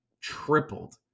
tripled